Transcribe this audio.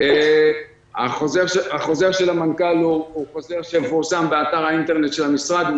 חוזר המנכ"ל מפורסם באתר האינטרנט של המשרד.